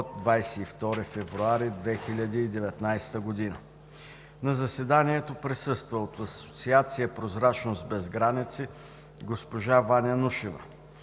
22 февруари 2019 г. На заседанието присъства от Асоциация „Прозрачност без граници“ – госпожа Ваня Нушева.